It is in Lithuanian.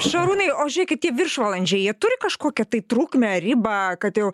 šarūnai o žiūrėkit tie viršvalandžiai jie turi kažkokią tai trukmę ribą kad jau